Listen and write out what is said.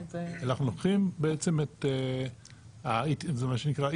אנחנו לוקחים בעצם את מה שנקרא,